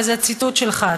וזה ציטוט שלך,